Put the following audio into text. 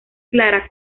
clara